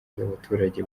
z’abaturage